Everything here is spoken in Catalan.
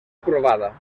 provada